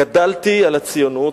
גדלתי על הציונות.